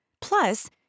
Plus